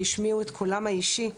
והשמיעו את קולם האישי.